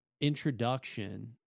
introduction